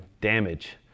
damage